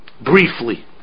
briefly